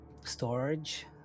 storage